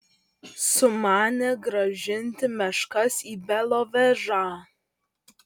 sumanė grąžinti meškas į belovežą